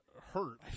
hurt